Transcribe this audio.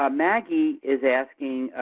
um maggie is asking